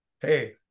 hey